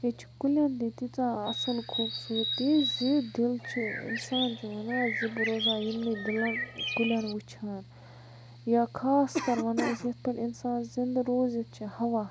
ییٚتہِ چھِ کُلیٚن تہِ تیٖژاہ اصٕل خوٗبصوٗرتی زِ دِل چھُ اِنسان چھُ وَنان زِ بہٕ روزٕ ہا یِمنٕے دِلَن کُلیٚن وُچھان یا خاص کَر وَنو أسۍ یِتھ پٲٹھۍ اِنسان زِنٛدٕ روٗزِتھ چھُ ہوا